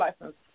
license